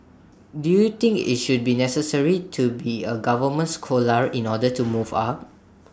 do you think IT should be necessary to be A government scholar in order to move up